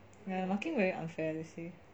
ya the marking very unfair they say